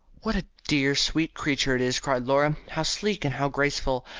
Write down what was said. what a dear, sweet creature it is, cried laura. how sleek and how graceful!